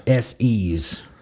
SEs